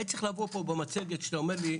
הייתה צריכה לבוא פה במצגת שאתה אומר לי,